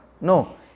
no